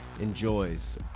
enjoys